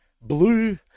blue